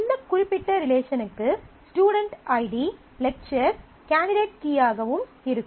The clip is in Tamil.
இந்த குறிப்பிட்ட ரிலேசனுக்கு ஸ்டுடென்ட் ஐடி லெக்சர் கேண்டிடேட் கீயாகவும் இருக்கும்